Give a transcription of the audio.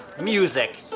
Music